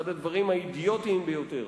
אחד הדברים האידיוטיים ביותר